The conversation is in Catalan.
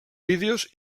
vídeos